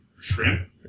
shrimp